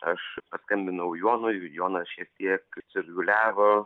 aš paskambinau jonui jonas šiek tiek sirguliavo